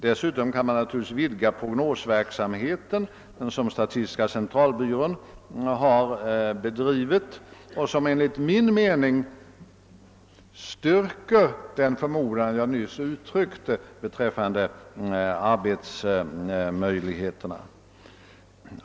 Dessutom kan man naturligtvis vidga den prognosverksamhet som statistiska centralby rån har bedrivit och som enligt min mening styrker den förmodan jag nyss uttryckte beträffande arbetsmöjligheterna.